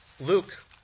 Luke